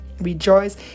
Rejoice